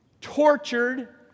tortured